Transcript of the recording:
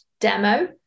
demo